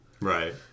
right